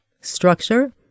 structure